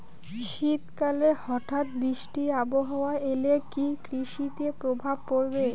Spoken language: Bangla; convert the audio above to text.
শীত কালে হঠাৎ বৃষ্টি আবহাওয়া এলে কি কৃষি তে প্রভাব পড়বে?